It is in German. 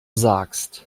sagst